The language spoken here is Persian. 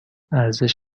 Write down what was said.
ارزش